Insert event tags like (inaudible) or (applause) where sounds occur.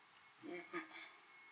(coughs)